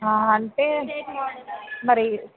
అంటే మరి